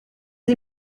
sie